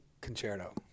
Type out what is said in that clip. Concerto